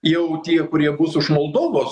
jau tie kurie bus už moldovos